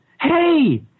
Hey